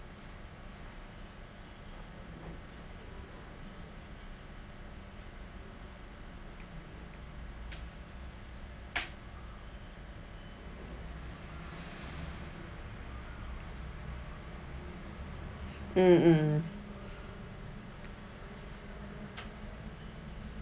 mm mm